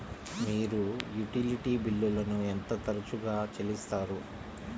మీరు యుటిలిటీ బిల్లులను ఎంత తరచుగా చెల్లిస్తారు?